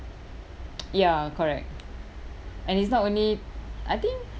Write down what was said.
ya and it's not only I think